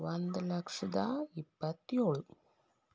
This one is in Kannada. ಒಂದು ಲಕ್ಷದ ಇಪ್ಪತ್ತೇಳು